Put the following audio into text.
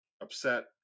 upset